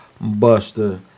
Buster